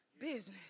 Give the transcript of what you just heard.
business